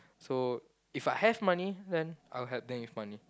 so If I have money then I will help them with money